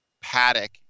Paddock